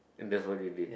and that's what you did